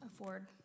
afford